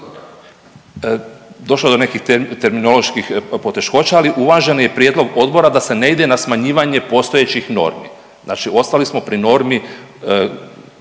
Došlo je do nekih terminoloških poteškoća, ali uvažen je prijedlog odbora da se ne ide na smanjivanje postojećih normi. Znači ostali smo pri normi